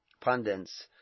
pundits